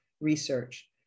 research